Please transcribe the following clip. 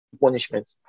punishment